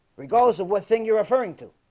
regardless of what thing you're referring to